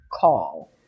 call